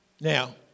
Now